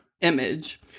image